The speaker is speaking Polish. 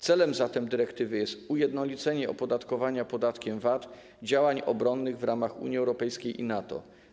Celem zatem dyrektywy jest ujednolicenie opodatkowania podatkiem VAT działań obronnych w ramach Unii Europejskiej i NATO.